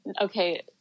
okay